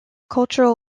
cultural